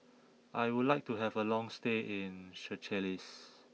I would like to have a long stay in Seychelles